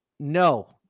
No